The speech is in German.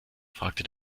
fragte